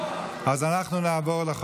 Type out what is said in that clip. אתה פחדן, אדוני.